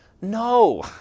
No